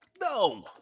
No